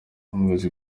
ubuyobozi